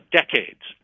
decades